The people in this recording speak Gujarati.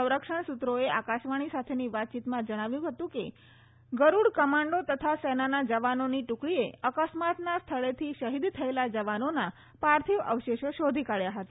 સંરક્ષણ સુત્રોએ આકાશવાણી સાથેની વાતચીતમાં જણાવ્યું હતું કે ગરૂડ કમાન્ડો તથા સેનાના જવાનોની ટુકડીએ અકસ્માતના સ્થળેથી શહિદ થયેલા જવાનોના પાર્થીવ અવશેષો શોધી કાઢ્યા હતા